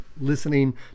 listening